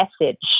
message